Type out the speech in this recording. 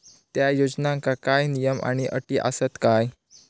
त्या योजनांका काय नियम आणि अटी आसत काय?